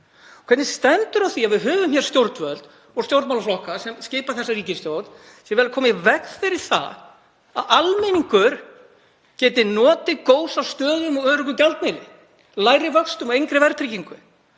Hvernig stendur á því að við höfum hér stjórnvöld og stjórnmálaflokka sem skipa þessa ríkisstjórn sem vilja koma í veg fyrir að almenningur geti notið góðs af stöðugum og öruggum gjaldmiðli, lægri vöxtum og engri verðtryggingu?